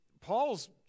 Paul's